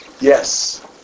yes